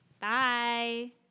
bye